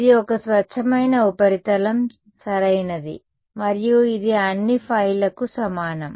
ఇది ఒక స్వచ్ఛమైన ఉపరితలం సరైనది మరియు ఇది అన్ని ϕ ల కు సమానం